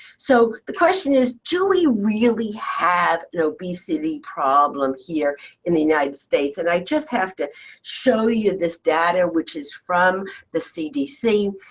so the question is, do we really have the obesity problem here in the united states? and i just have to show you this data, which is from the cdc.